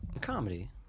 Comedy